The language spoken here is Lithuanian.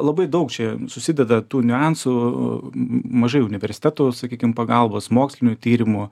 labai daug čia susideda tų niuansų mažai universitetų sakykim pagalbos mokslinių tyrimų